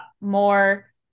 more